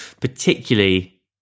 particularly